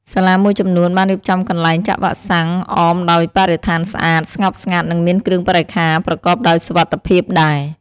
សាលាមួយចំនួនបានរៀបចំកន្លែងចាក់វ៉ាក់សាំងអមដោយបរិស្ថានស្អាត ស្ងប់ស្ងាត់ និងមានគ្រឿងបរិក្ខារប្រកបដោយសុវត្ថិភាពដែរ។